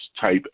Type